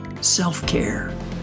self-care